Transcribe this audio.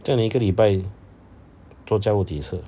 这样你一个礼拜做家务几次